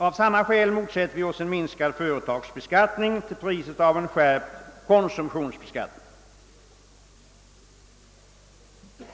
Av samma skäl motsätter vi oss en minskad företagsbeskattning till priset av en skärpt konsumtionsbeskattning.